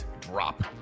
drop